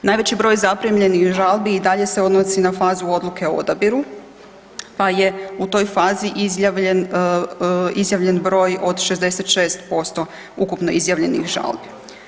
Najveći broj zaprimljenih žalbi i dalje se odnosi na fazu odluke o odabiru, pa je u toj fazi izjavljen broj od 66% ukupno izjavljenih žalbi.